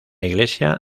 iglesia